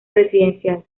residencial